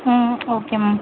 ம் okay ma'am